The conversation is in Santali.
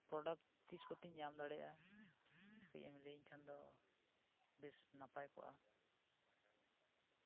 ᱯᱨᱚᱰᱟᱠᱴ ᱛᱤᱸᱥ ᱠᱚᱛᱮᱧ ᱧᱟᱢ ᱫᱟᱲᱮᱭᱟᱜᱼᱟ ᱠᱟᱹᱴᱤᱡ ᱮᱢ ᱞᱟᱹᱭ ᱟᱹᱧ ᱠᱷᱟᱱ ᱫᱚ ᱵᱮᱥ ᱱᱟᱯᱟᱭ ᱠᱚᱜᱼᱟ ᱳᱠᱮ